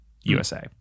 USA